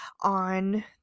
on